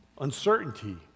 uncertainty